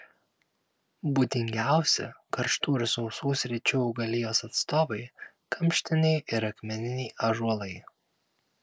būdingiausi karštų ir sausų sričių augalijos atstovai kamštiniai ir akmeniniai ąžuolai